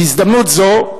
בהזדמנות זו,